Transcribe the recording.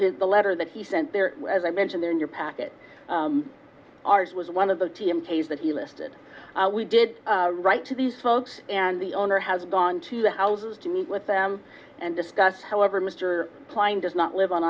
is the letter that he sent there as i mentioned in your packet ours was one of the t m days that he listed we did write to these folks and the owner has gone to the houses to meet with them and discuss however mr klein does not live on